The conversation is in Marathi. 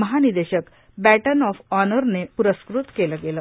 महानिदेशक बैटन ऑफ़ ऑनर ने पुरस्कृत केलं गेलं